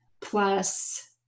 plus